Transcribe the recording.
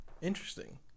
Interesting